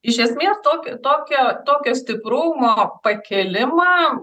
iš esmės tokio tokio tokio stiprumo pakėlimą